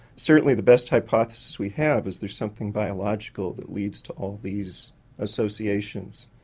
certainly the best hypothesis we have is there's something biological that leads to all these associations.